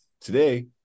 today